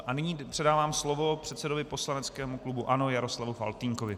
A nyní předávám slovo předsedovi poslaneckého klubu ANO Jaroslavu Faltýnkovi.